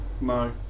no